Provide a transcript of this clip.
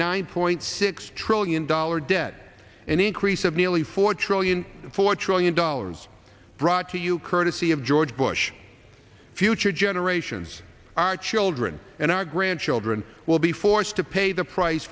nine point six trillion dollar debt an increase of nearly four trillion four trillion dollars brought to you courtesy of george bush future generations our children and our grandchildren will be forced to pay the price